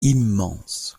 immense